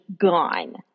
gone